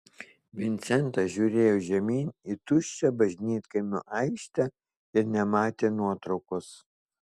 vincentas žiūrėjo žemyn į tuščią bažnytkaimio aikštę ir nematė nuotraukos